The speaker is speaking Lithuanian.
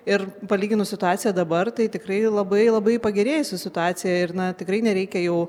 ir palyginus situaciją dabar tai tikrai labai labai pagerėjusi situacija ir na tikrai nereikia jau